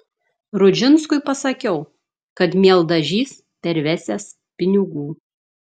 rudžinskui pasakiau kad mieldažys pervesiąs pinigų